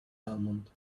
almond